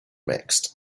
mixed